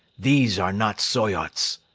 these are not soyots.